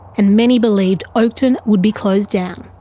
and many believed oakden would be closed down.